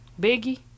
Biggie